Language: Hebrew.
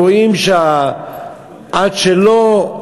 אנחנו רואים שעד שלא,